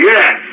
Yes